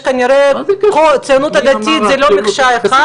כנראה הציונות הדתית זה לא מקשה אחת,